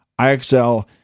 IXL